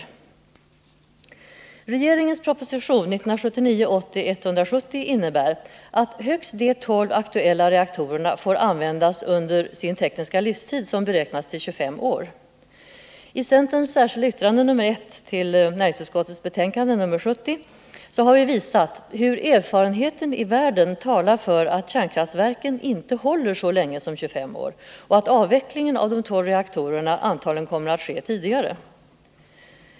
Regeringens proposition 1979/80:170 innebär att högst de tolv aktuella reaktorerna får användas under sin tekniska livstid, som beräknas till 25 år. I centerns särskilda yttrande nr 1 till näringsutskottets betänkande nr 70 har vi visat hur erfarenheten i världen talar för att kärnkraftverken inte håller så länge som 25 år och att avvecklingen av de tolv reaktorerna antagligen kommer att ske tidigare.